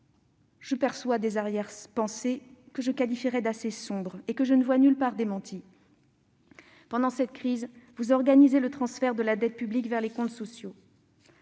je perçois des arrière-pensées, que je qualifierais d'assez sombres et que je ne vois nulle part démenties. Pendant cette crise, vous organisez le transfert de la dette publique vers les comptes sociaux.